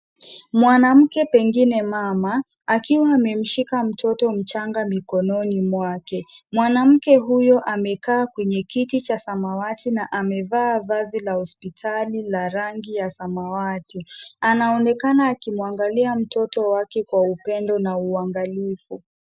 Mwanamke pengine mama akiwa amemshika mtoto mchanga mikononi mwake. Mwanamke huyo amekaa kwenye kiti cha samawati na amevaa vazi la hospitali la rangi ya samawati, anaonekana akimwangalia mtoto wake kwa upendo na uangalifu.